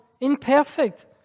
imperfect